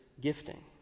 gifting